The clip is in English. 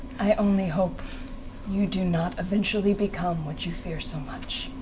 i only hope you do not eventually become what you fear so much.